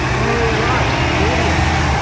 oh right, the audience.